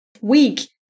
week